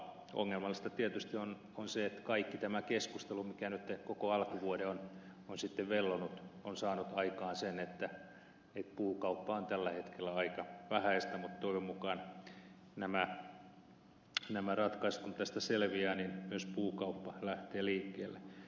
ongelmallista tietysti on se että kaikki tämä keskustelu mikä nyt koko alkuvuoden on vellonut on saanut aikaan sen että puukauppa on tällä hetkellä aika vähäistä mutta toivon mukaan kun nämä ratkaisut tästä selviävät myös puukauppa lähtee liikkeelle